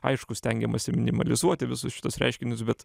aišku stengiamasi minimalizuoti visus šituos reiškinius bet